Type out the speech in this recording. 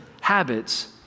habits